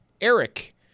Eric